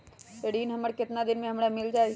ऋण हमर केतना दिन मे हमरा मील जाई?